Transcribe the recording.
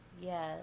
Yes